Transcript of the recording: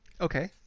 Okay